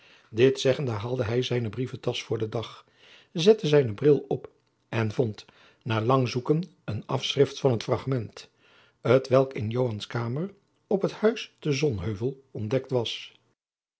dit zeggende haalde hij zijne brieventasch voor den dag zette zijnen bril op en vond na lang zoeken een afschrift van het fragment t welk in joans kamer op het huis te sonheuvel ontdekt was